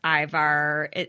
Ivar –